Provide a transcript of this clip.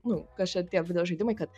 nu kas čia tie videožaidimai kad